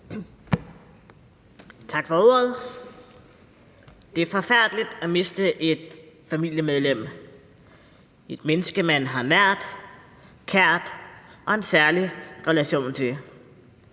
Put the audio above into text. Tak for ordet. Det er forfærdeligt at miste et familiemedlem – et menneske, man har nært, kært og en særlig relation til